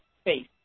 space